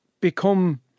become